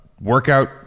workout